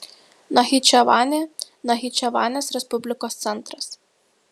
nachičevanė nachičevanės respublikos centras